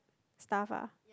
stuff ah